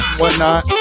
whatnot